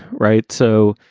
right. so,